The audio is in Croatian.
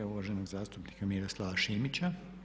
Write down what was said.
uvaženog zastupnika Miroslava Šimića.